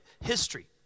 history